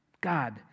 God